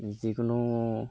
যিকোনো